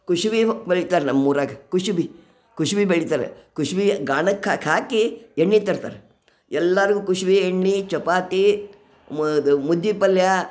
ಕುಶಿಬಿನು ಬೆಳಿತಾರೆ ನಮ್ಮೂರಾಗ ಕುಶಿಬಿ ಕುಶಿಬಿ ಬೆಳಿತಾರೆ ಕುಶಿಬಿ ಗಾಣಕ್ಕೆ ಹಾಕಿ ಎಣ್ಣೆ ತರ್ತಾರೆ ಎಲ್ಲಾರ್ಗು ಕುಶುಬಿ ಎಣ್ಣೆ ಚಪಾತಿ ಮು ಇದು ಮುದ್ದೆ ಪಲ್ಯ